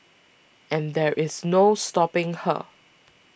and there is no stopping her